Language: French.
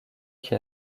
qui